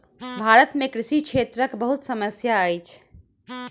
भारत में कृषि क्षेत्रक बहुत समस्या अछि